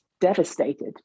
devastated